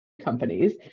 companies